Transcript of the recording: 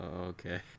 okay